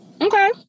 Okay